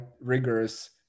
rigorous